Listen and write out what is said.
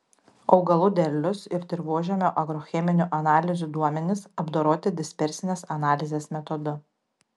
augalų derlius ir dirvožemio agrocheminių analizių duomenys apdoroti dispersinės analizės metodu